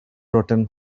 rotten